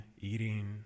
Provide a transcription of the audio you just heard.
eating